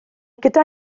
gyda